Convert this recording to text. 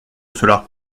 cela